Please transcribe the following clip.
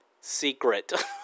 secret